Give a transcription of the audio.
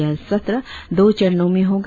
यह सत्र दो चरणों में होगा